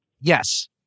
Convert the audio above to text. Yes